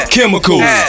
Chemicals